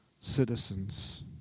citizens